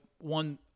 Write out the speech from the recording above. one